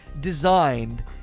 designed